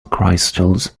crystals